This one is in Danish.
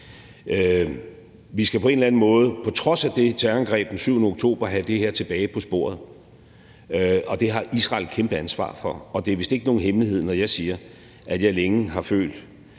Vi skal på en eller anden måde på trods af det terrorangreb den 7. oktober have det her tilbage på sporet, og det har Israel et kæmpe ansvar for. Og det er vist ikke nogen hemmelighed, når jeg siger, at jeg længe har følt,